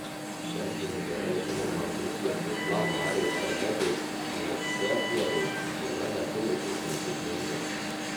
šiandien gerai žinomam grupės biplan nariui olegui aleksejevui diena nebuvo itin sėkminga